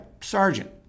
sergeant